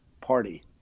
party